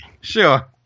Sure